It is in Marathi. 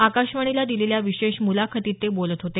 आकाशवाणीला दिलेल्या विशेष मुलाखतीत ते बोलत होते